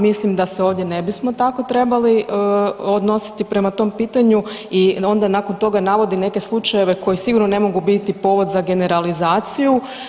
Mislim da se ovdje ne bismo tako trebali odnositi prema tom pitanju i onda nakon toga navodi neke slučajeve koji sigurno ne mogu biti povod za generalizaciju.